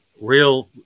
real